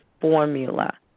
formula